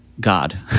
god